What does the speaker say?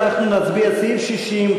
אנחנו נצביע על סעיף 60,